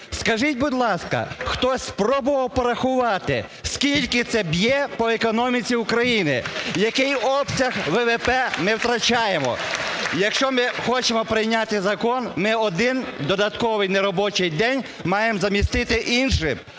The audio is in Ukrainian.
Скажіть, будь ласка, хтось пробував порахувати, скільки це б'є по економіці України, який обсяг ВВП ми втрачаємо? (Оплески) Якщо ми хочемо прийняти закон, ми один додатковий неробочий день маємо замістити іншим.